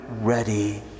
ready